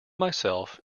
myself